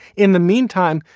in the meantime,